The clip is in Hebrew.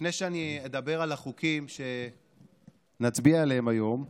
לפני שאני אדבר על החוקים שנצביע עליהם היום,